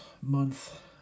month